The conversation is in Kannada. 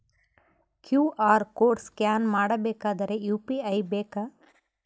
ಕ್ಯೂ.ಆರ್ ಕೋಡ್ ಸ್ಕ್ಯಾನ್ ಮಾಡಬೇಕಾದರೆ ಯು.ಪಿ.ಐ ಬೇಕಾ?